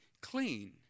clean